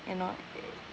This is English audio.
you know it